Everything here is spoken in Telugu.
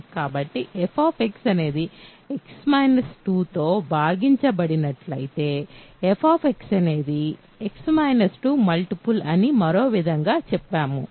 కాబట్టిf అనేది x 2తో భాగించబడినట్లయితే f అనేది x 2 మల్టిపుల్ అని మరోవిధంగా చెప్తాము